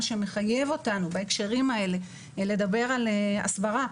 מה שמחייב אותנו בהקשרים האלה לדבר על הסברה